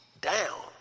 down